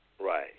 right